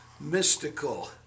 Mystical